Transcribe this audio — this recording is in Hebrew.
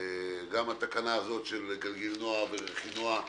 גם התקנה הזאת של גלגינוע ורכינוע,